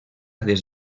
des